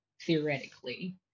theoretically